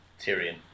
Tyrion